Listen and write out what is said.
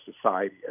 society